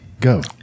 go